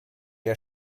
der